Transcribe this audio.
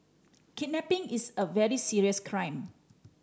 kidnapping is a very serious crime